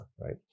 right